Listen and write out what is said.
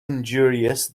injurious